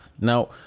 Now